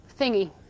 thingy